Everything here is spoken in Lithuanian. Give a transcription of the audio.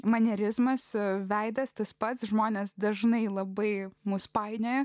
manierizmas veidas tas pats žmonės dažnai labai mus painioja